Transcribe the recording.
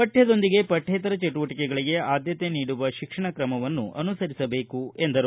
ಪಠ್ಯದೊಂದಿಗೆ ಪಠ್ಯೇತರ ಚಟುವಟಿಕೆಗಳಿಗೆ ಆದ್ಯತೆ ನೀಡುವ ಶಿಕ್ಷಣ ಕ್ರಮವನ್ನು ಅನುಸರಿಸಬೇಕು ಎಂದರು